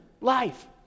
Life